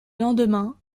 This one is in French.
lendemain